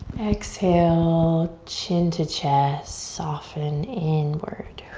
exhale, chin to chest, soften inward.